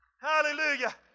Hallelujah